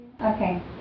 Okay